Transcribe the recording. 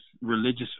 religious